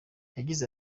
yagize